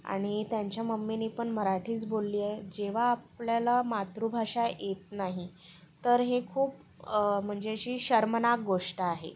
आणि त्यांच्या मम्मीनी पण मराठीच बोलली आहे जेव्हा आपल्याला मातृभाषा येत नाही तर हे खूप म्हणजे अशी शर्मनाक गोष्ट आहे